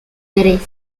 tres